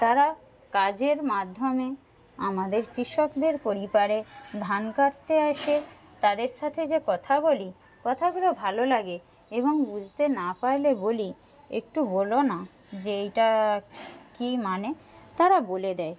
তারা কাজের মাধ্যমে আমাদের কৃষকদের পরিবারে ধান কাটতে আসে তাদের সাথে যে কথা বলি কথাগুলো ভালো লাগে এবং বুঝতে না পারলে বলি একটু বলো না যে এইটা কি মানে তারা বলে দেয়